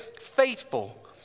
faithful